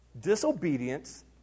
disobedience